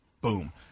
Boom